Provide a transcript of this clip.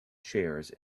chairs